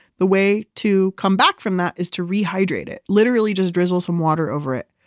the way to come back from that is to rehydrate it. literally just drizzle some water over it.